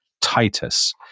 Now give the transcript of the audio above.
Titus